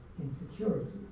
insecurity